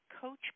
coach